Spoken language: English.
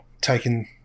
taking